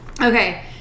Okay